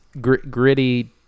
gritty